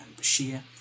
Bashir